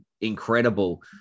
incredible